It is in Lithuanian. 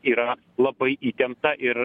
yra labai įtempta ir